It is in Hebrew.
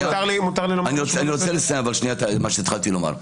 אני רוצה לסיים את מה שהתחלתי לומר.